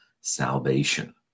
salvation